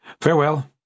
Farewell